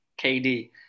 KD